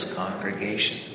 congregation